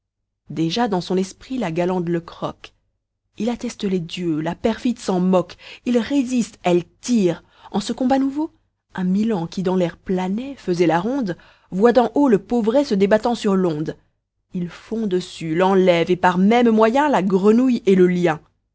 déjà dans son esprit la galande le croque il atteste les dieux la perfide s'en moque il résiste elle tire en ce combat nouveau un milan qui dans l'air planait faisait la ronde voit d'en haut le pauvret se débattant sur l'onde il fond dessus l'enlève et par même moyen la grenouille et le lien